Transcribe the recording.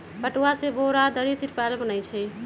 पटूआ से बोरा, दरी, तिरपाल बनै छइ